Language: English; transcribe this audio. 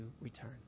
return